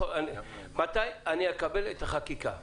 מתי אני אקבל את החקיקה?